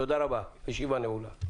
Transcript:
תודה רבה, הישיבה נעולה.